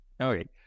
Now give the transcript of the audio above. Okay